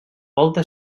volta